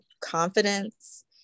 confidence